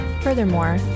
Furthermore